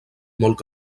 molt